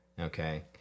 Okay